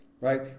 right